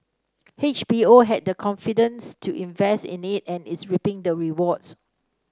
H B O had the confidence to invest in it and is reaping the rewards